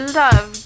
love